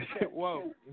Whoa